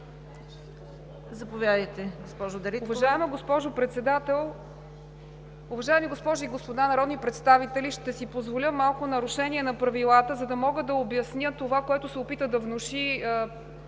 Заповядайте, госпожо Дариткова.